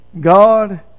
God